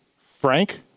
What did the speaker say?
Frank